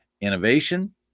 innovation